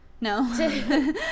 No